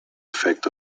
effect